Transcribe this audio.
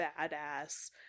badass